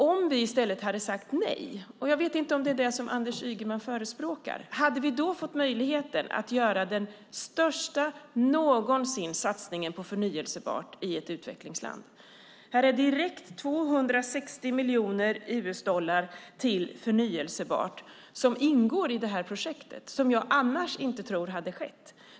Om vi i stället hade sagt nej, och jag vet inte om det är det Anders Ygeman förespråkar, hade vi då fått möjligheten att göra den största satsningen någonsin på förnybart i ett utvecklingsland? Här går 260 miljoner US-dollar i projektet direkt till förnybart, vilket jag tror annars inte hade skett.